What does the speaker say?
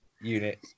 unit